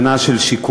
שנה של שיקום,